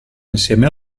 insieme